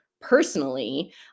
personally